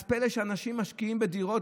אז פלא שאנשים משקיעים בדירות?